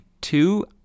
two